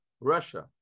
Russia